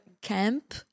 camp